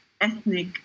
ethnic